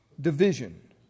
division